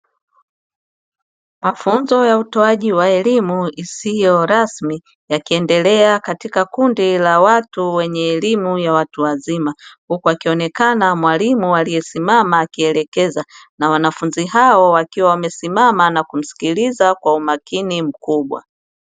Mafunzo ya utowaji wa elimu isiyo rasmi yakiendelea katika kundi la watu wa elimu ya watu wazima, akionekana mwalimu aliye simama akielekeza na wanafunzi hao wakiwa wamesimama na kumsikiliza kwa umakini mkubwa.